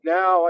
Now